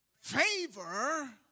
favor